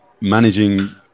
managing